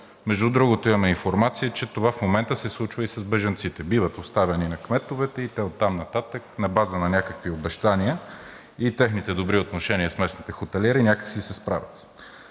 Между другото, имаме информация, че това в момента се случва и с бежанците – биват оставени на кметовете и те оттам нататък на база на някакви обещания и техните добри отношения с местните хотелиери някак си се справят.